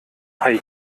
hai